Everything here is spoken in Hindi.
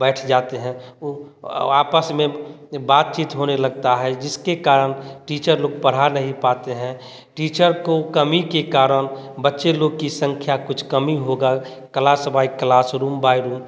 बैठ जाते हैं वो आपस में बातचीत होने लगता हैं जिसके कारण टीचर लोग पढ़ नहीं पाते हैं टीचर को कमी के कारण बच्चे लोग की संख्या कुछ कमी होकर class by class room by room